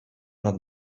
nad